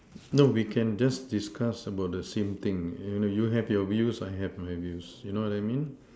no we can just discuss about the same thing you have your views I have my views you know what I mean